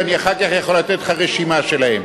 ואחר כך אני יכול לתת לך רשימה שלהם.